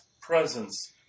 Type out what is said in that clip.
presence